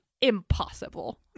impossible